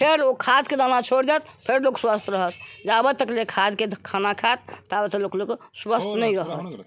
फेर ओ खाद के दाना छोरि देत फेर लोक स्वस्थ रहत जाबत खाद के खाना खायत ताबत लोक स्वस्थ नहि रहत